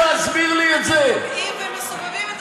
תוקעים ומסובבים.